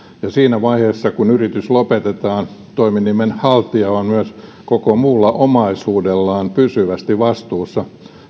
ja siinä vaiheessa kun yritys lopetetaan toiminimen haltija on myös koko muulla omaisuudellaan pysyvästi vastuussa